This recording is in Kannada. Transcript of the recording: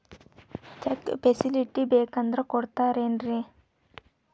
ಚೆಕ್ ಫೆಸಿಲಿಟಿ ಬೇಕಂದ್ರ ಕೊಡ್ತಾರೇನ್ರಿ?